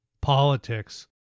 Politics